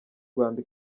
rwanda